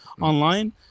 online